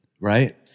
right